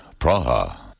Praha